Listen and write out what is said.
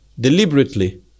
deliberately